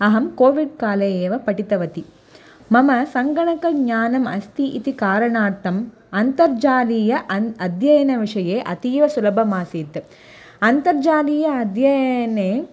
अहं कोविड्काले एव पठितवती मम सङ्गणकज्ञानम् अस्ति इति कारणार्थम् अन्तर्जालीय अन् अध्ययनविषये अतीव सुलभमासीत् अन्तर्जालीय अध्ययने